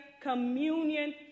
communion